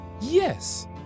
Yes